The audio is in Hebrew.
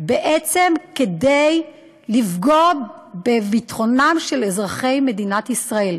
בעצם כדי לפגוע בביטחונם של אזרחי מדינת ישראל.